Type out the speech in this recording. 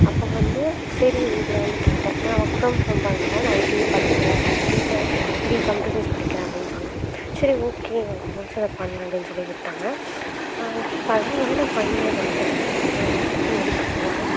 அப்போ வந்து சரி வீட்டில் வந்து கேட்டேன் நான் ஒர்க் ஃப்ரம் ஹோம் பண்ணுறேம்மா நான் ஐடியே படிக்கிறேன் பிடெக் பிஇ கம்யூட்டர் சைன்ஸ் படிக்கிறேன் அப்படின்னு சொன்னேன் சரி ஓகே உனக்கு பிடிச்சத பண்ணு அப்படின்னு சொல்லி விட்டாங்க இப்போ அதேமாதிரி நான் பைனல் இயர் வந்துவிட்டேன் படிச்சு முடிக்கப்போகறேன்